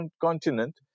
continent